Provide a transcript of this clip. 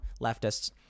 leftists